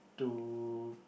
to